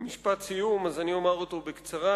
משפט סיום, אז אני אומר אותו בקצרה.